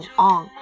on